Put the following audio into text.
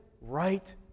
right